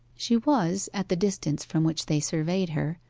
she was, at the distance from which they surveyed her,